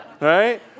Right